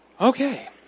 okay